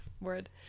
word